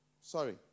Sorry